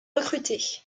recrutés